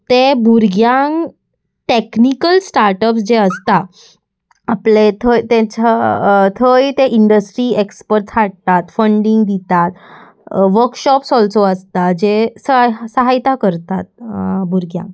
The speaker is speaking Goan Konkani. ते भुरग्यांक टॅक्निकल स्टार्टअप जे आसता आपले थंय तांच्या थंय ते इंडस्ट्री एक्सपर्ट्स हाडटात फंडींग दितात वर्कशॉप्स ऑल्सो आसता जे सह सहायता करतात भुरग्यांक